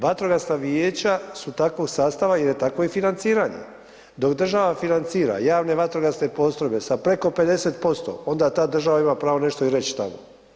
Vatrogasna vijeća su takvog sastava jer takvo je financiranje, dok država financira javne vatrogasne postrojbe sa preko 50% onda ta država ima pravo i nešto reći tamo.